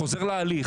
אני חוזר להליך,